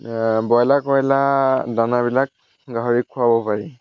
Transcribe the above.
broiler কইলাৰ দানাবিলাক গাহৰিক খোৱাব পাৰি